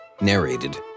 Narrated